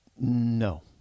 No